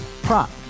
Prop